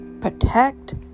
protect